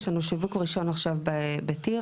יש לנו שיווק ראשון עכשיו בטירה.